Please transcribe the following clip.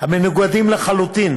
המנוגדות לחלוטין